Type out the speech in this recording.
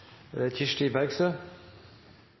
Kirsti Bergstø